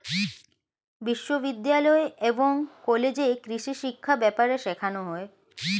বিশ্ববিদ্যালয় এবং কলেজে কৃষিশিক্ষা ব্যাপারে শেখানো হয়